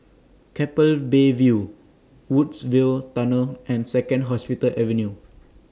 Keppel Bay View Woodsville Tunnel and Second Hospital Avenue